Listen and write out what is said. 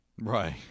Right